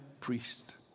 priest